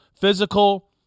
physical